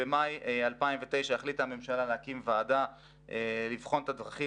במאי 2009 החליטה הממשלה להקים ועדה לבחון את הדרכים